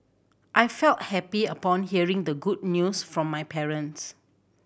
I felt happy upon hearing the good news from my parents